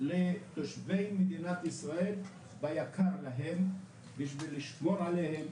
לתושבי מדינת ישראל והיקר להם בשביל לשמור עליהם,